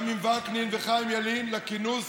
גם עם וקנין וחיים ילין, לכינוס